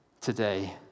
today